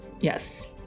yes